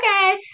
okay